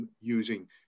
using